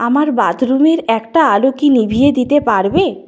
আমার বাথরুমের একটা আলো কি নিভিয়ে দিতে পারবে